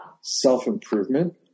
self-improvement